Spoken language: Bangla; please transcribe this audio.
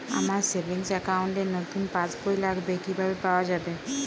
আমার সেভিংস অ্যাকাউন্ট র নতুন পাসবই লাগবে, কিভাবে পাওয়া যাবে?